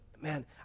Man